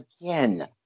Again